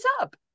up